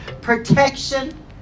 protection